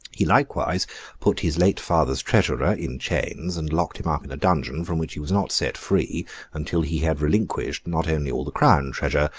he likewise put his late father's treasurer in chains, and locked him up in a dungeon from which he was not set free until he had relinquished, not only all the crown treasure,